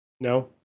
No